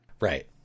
Right